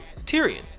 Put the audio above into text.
Tyrion